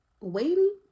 Waiting